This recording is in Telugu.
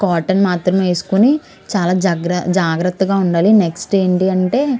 కాటన్ మాత్రమే వేసుకొని చాలా జాగ్రత్త జాగ్రత్తగా ఉండాలి నెక్స్ట్ ఏంటి అంటే